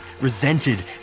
resented